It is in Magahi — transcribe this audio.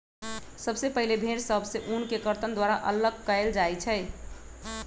सबसे पहिले भेड़ सभ से ऊन के कर्तन द्वारा अल्लग कएल जाइ छइ